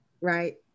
Right